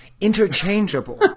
Interchangeable